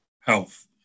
health